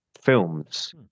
films